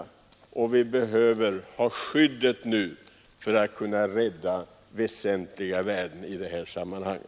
Vi behöver därför nu ha skyddet för att kunna rädda väsentliga värden i detta sammanhang.